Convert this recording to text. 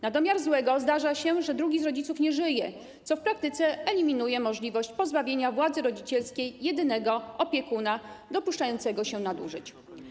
Na domiar złego zdarza się, że drugi z rodziców nie żyje, co w praktyce eliminuje możliwość pozbawienia władzy rodzicielskiej jedynego opiekuna dopuszczającego się nadużyć.